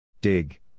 Dig